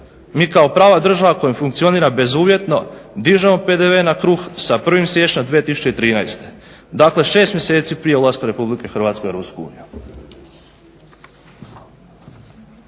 mi kao prava država koja funkcionira bezuvjetno dižemo PDV na kruh sa 1. siječnja 2013. Dakle, 6 mjeseci prije ulaska Republike Hrvatske u EU.